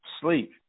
sleep